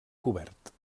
cobert